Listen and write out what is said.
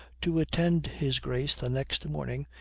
to attend his grace the next morning,